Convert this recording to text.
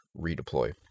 redeploy